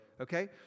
Okay